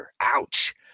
Ouch